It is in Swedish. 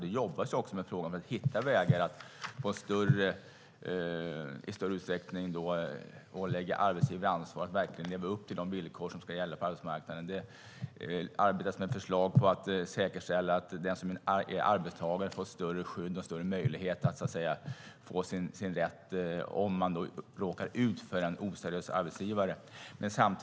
Det jobbas också med frågan att hitta vägar att i större utsträckning ålägga arbetsgivare ansvaret att verkligen leva upp till de villkor som ska gälla på arbetsmarknaden. Det arbetas med förslag på att säkerställa att den som är arbetstagare får ett större skydd och större möjlighet att få sin rätt om den råkar ut för en oseriös arbetsgivare.